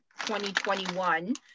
2021